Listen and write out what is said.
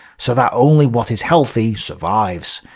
so that only what is healthy survives.